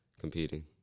competing